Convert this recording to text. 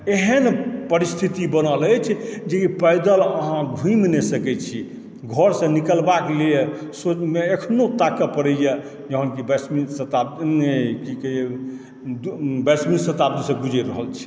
एहन परस्थिति बनल अछि जे पैदल अहाँ घुमि नहि सकै छी घरसँ निकलवाके लिए अखनो ताकऽ परैया जहन कि बाइसवी शताब्दीसँ गुजरि रहल छी